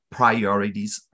priorities